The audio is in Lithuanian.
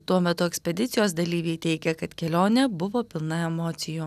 tuo metu ekspedicijos dalyviai teigia kad kelionė buvo pilna emocijų